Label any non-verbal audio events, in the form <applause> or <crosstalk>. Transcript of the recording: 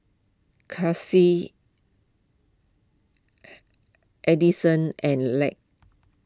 Chelsea <unintelligible> Adyson and Lark